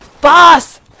Boss